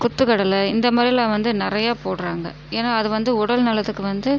கொத்துக் கடலை இந்தமாதிரிலாம் வந்து நிறைய போடுகிறாங்க ஏன்னால் அது வந்து உடல்நலத்துக்கு வந்து